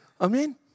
Amen